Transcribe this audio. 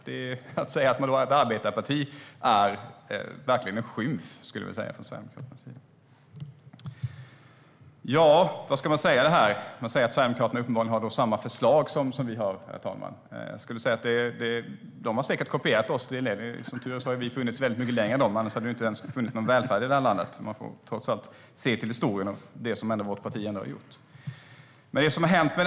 Att ni säger att ni är ett arbetarparti är ju en skymf. Herr talman! Sverigedemokraterna har uppenbarligen samma förslag som vi. De har säkert kopierat oss. Vi har ju funnits mycket längre än dem, annars hade det inte ens funnits någon välfärd i det här landet. Trots allt får man se till historien.